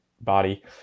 body